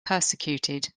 persecuted